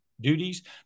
duties